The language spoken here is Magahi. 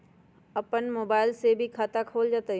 अपन मोबाइल से भी खाता खोल जताईं?